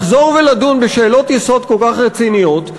לחזור ולדון בשאלות יסוד כל כך רציניות,